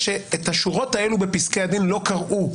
את השורות האלה בפסקי הדין לא קראו.